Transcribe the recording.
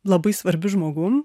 labai svarbiu žmogum